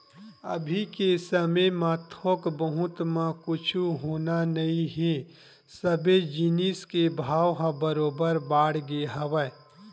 अभी के समे म थोक बहुत म कुछु होना नइ हे सबे जिनिस के भाव ह बरोबर बाड़गे हवय